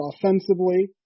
offensively